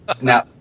now